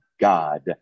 God